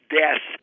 death